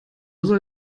soll